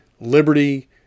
Liberty